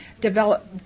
develop